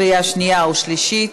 בקריאה שנייה ובקריאה שלישית,